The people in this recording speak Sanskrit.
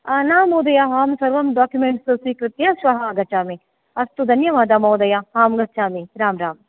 ना महोदय अहं सर्वं डाक्युमेण्ट्स् स्वीकृत्य श्वः आगच्छामि अस्तु धन्यवाद महोदय आं गच्छामि राम् राम्